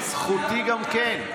זכותי גם כן.